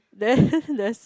then there's